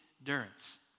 endurance